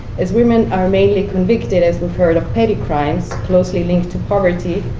as women are mainly convicted, as we've heard, of petty crimes, closely linked to poverty,